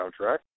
soundtrack